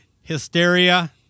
hysteria